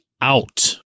out